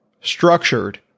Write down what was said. structured